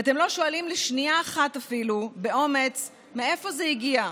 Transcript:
ואתם לא שואלים לשנייה אחת אפילו באומץ: מאיפה זה הגיע?